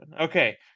Okay